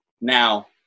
Now